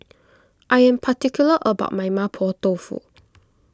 I am particular about my Mapo Tofu